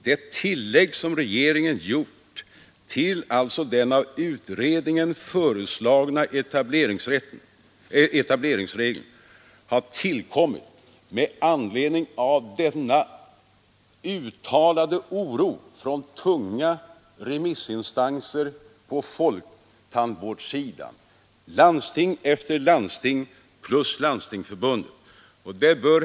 Det tillägg som regeringen gjort till den av utredningen föreslagna etableringsregeln har tillkommit med anledning av denna uttalade oro från tunga remissinstanser på folktandvårdshåll, nämligen ett flertal landsting och Landstingsförbundet.